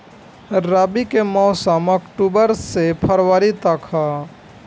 रबी के मौसम अक्टूबर से फ़रवरी तक ह